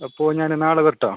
അപ്പോൾ ഞാൻ നാളെ വരട്ടേ